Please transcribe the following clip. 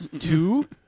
Two